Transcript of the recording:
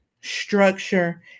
structure